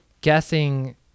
guessing